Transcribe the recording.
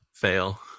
Fail